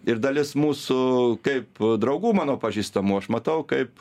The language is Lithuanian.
ir dalis mūsų kaip draugų mano pažįstamų aš matau kaip